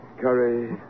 Curry